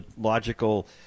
logical –